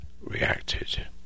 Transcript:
reacted